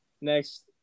next